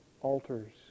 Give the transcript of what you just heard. altars